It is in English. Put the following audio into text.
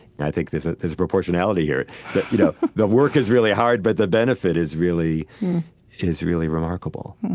and i think there's there's a proportionality here that you know the work is really hard, but the benefit is really is really remarkable.